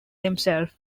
themselves